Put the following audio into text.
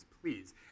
please